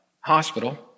hospital